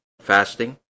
fasting